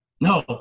No